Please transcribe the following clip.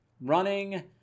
Running